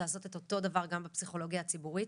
לעשות את אותו הדבר גם בפסיכולוגיה הציבורית.